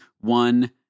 One